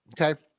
Okay